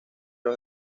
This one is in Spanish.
los